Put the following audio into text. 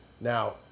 Now